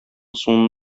суны